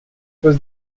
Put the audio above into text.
was